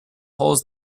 holes